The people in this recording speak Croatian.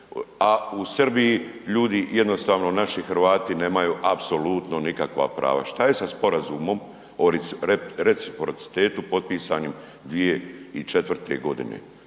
a u Srbiji ljudi jednostavno naši Hrvati nemaju apsolutno nikakva prava. Što je sa Sporazumom o reciprocitetu potpisanim 2004. g.?